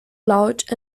large